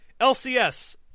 LCS